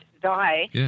die